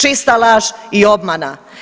Čista laž i obmana.